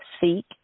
seek